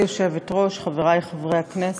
גברתי היושבת-ראש, חברי חברי הכנסת,